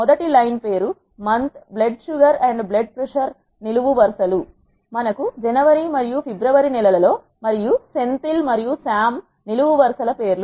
మొదటి లైన్ పేరు month blood sugar మరియు బ్లడ్ ప్రషర్ నిలువు వరుస లు మనకు జనవరి మరియు ఫిబ్రవరి నెలలలో మరియు సెంథిల్ మరియు సామ్ నిలువు వరుస ల పేర్లు